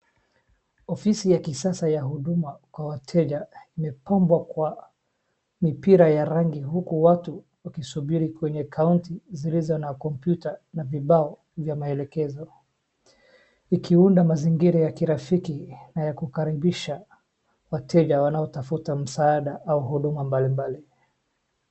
Ofisi ya kisasa ya huduma kwa wateja imepambwa kwa mipira ya rangi huku watu wakisubiri kwenye kaunta zilizo na kompyuta na vibao vya maelekezo, ikiunda mazingira ya kirafiki na ya kukaribisha wateja wanaotafuta msaada au huduma mbalimbali.